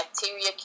Bacteria